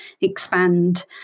expand